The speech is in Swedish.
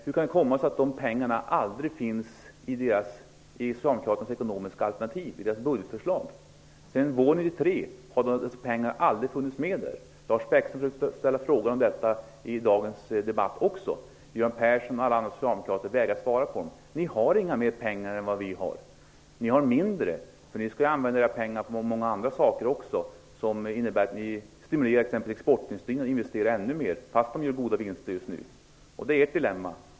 Hur kan det komma sig att dessa pengar aldrig finns i Socialdemokraternas budgetförslag? Sedan våren 1993 har dessa pengar aldrig funnits med. Lars Bäckström ställde frågor om detta i dagens debatt. Göran Persson och alla andra socialdemokrater vägrade svara på dem. Socialdemokraterna har inte mer pengar än vad vi har. Ni har mindre, eftersom ni skall använda era pengar till många andra saker som innebär att ni t.ex. stimulerar exportindustrin och investerar ännu mer, trots att man just nu gör goda vinster. Detta är ert dilemma.